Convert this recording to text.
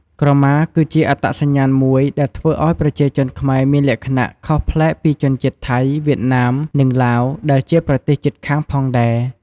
ក្រមាគឺជាអត្តសញ្ញាណមួយដែលធ្វើឱ្យប្រជាជនខ្មែរមានលក្ខណៈខុសប្លែកពីជនជាតិថៃ វៀតណាម និងឡាវដែលជាប្រទេសជិតខាងផងដែរ។